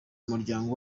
muryango